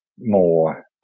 more